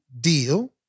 Deal